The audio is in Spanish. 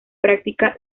practica